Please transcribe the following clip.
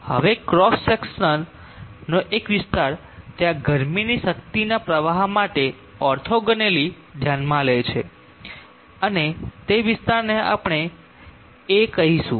હવે cross section નો એક વિસ્તાર ત્યાં ગરમીની શક્તિના પ્રવાહ માટે ઓર્થોગોનલી ધ્યાનમાં લે છે અને તે વિસ્તારને આપણે તેને A તરીકે કહીશું